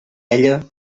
ella